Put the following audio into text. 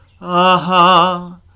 Aha